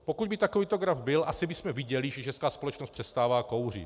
Pokud by takovýto graf byl, asi bychom viděli, že česká společnost přestává kouřit.